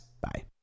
Bye